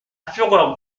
fureur